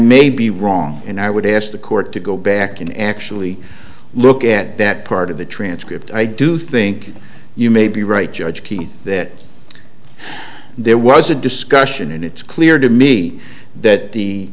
may be wrong and i would ask the court to go back and actually look at that part of the transcript i do think you may be right judge keith that there was a discussion and it's clear to me that the